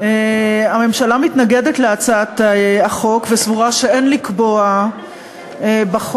הממשלה מתנגדת להצעת החוק וסבורה שאין לקבוע בחוק